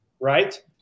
right